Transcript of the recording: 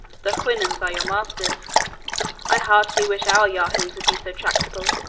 the houyhnhnms are your masters i heartily wish our yahoos would be so tractable.